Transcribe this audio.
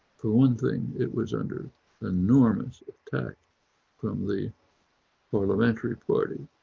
for one thing, it was under enormous attack from the parliamentary party.